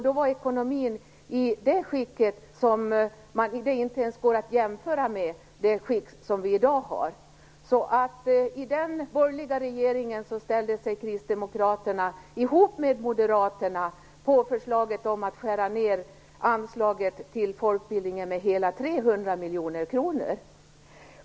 Då var ekonomin i ett skick som inte ens går att jämföra med dagens. I den borgerliga regeringen ställde sig Kristdemokraterna, tillsammans med Moderaterna, bakom förslaget om att skära ned anslaget till folkbildningen med hela 300 miljoner kronor.